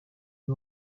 زیر